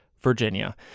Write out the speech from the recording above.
Virginia